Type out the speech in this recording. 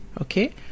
okay